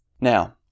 Now